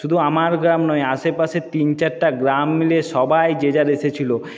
শুধু আমার গ্রাম নয় আশেপাশের তিন চারটা গ্রাম মিলিয়ে সবাই যে যার এসেছিলো